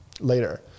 later